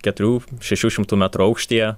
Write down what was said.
keturių šešių šimtų metrų aukštyje